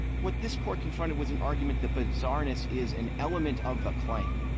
what this court confronted was an argument that bizarreness is an element of the claim.